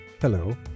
Hello